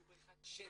אני עם בריחת שתן,